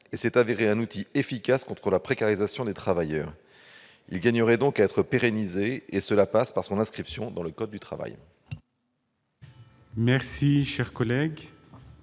et s'est révélé un outil efficace contre la précarisation des salariés. Il gagnerait donc à être pérennisé, ce qui passe par son inscription dans le code du travail. Quel est l'avis